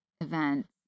events